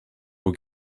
who